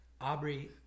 Aubrey